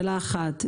שאלה אחת,